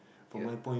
ya